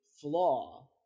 flaw